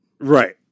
Right